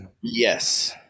Yes